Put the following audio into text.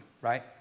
right